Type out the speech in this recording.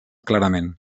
clarament